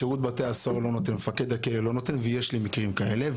שירות בתי הסוהר ומפקד הכלא לא נותן ויש לי מקרים כאלה,